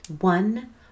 One